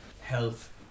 health